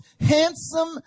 handsome